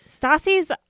Stassi's